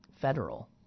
federal